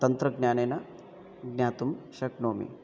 तन्त्रज्ञानेन ज्ञातुं शक्नोमि